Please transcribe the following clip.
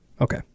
Okay